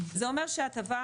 זה אומר שההטבה,